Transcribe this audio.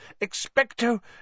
Expecto